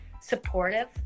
supportive